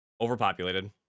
overpopulated